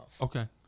okay